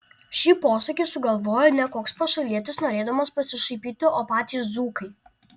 šį posakį sugalvojo ne koks pašalietis norėdamas pasišaipyti o patys dzūkai